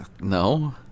no